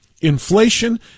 Inflation